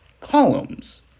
columns